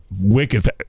wicked